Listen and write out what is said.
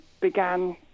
began